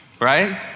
Right